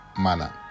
manner